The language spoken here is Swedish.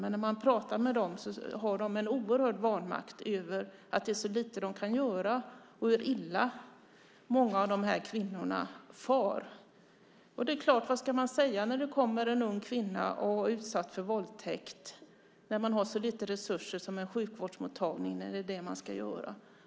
Men när man talar med dem säger de att de känner en oerhörd vanmakt över att det är så lite de kan göra och hur illa många av dessa kvinnor far. Vad ska man säga när det kommer en kvinna som blivit utsatt för våldtäkt när man har så lite resurser som en sjukvårdsmottagning för det man ska göra?